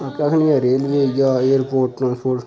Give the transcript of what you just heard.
railway होइया airport airport